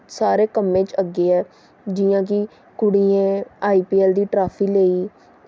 सारे कम्में च अग्गें ऐं जि'यां कि कुड़ियें आई पी ऐल्ल दा ट्राफी लेई